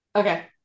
okay